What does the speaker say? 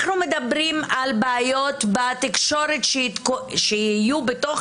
אנחנו מדברים על בעיות שיהיו בתקשורת בתוך